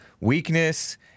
weakness